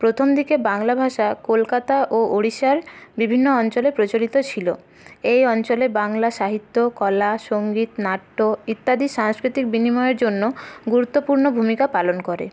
প্রথমদিকে বাংলা ভাষা কলকাতা ও উড়িষ্যার বিভিন্ন অঞ্চলে প্রচলিত ছিল এই অঞ্চলে বাংলা সাহিত্য কলা সঙ্গীত নাট্য ইত্যাদি সাংস্কৃতিক বিনিময়ের জন্য গুরুত্তপূর্ণ ভূমিকা পালন করে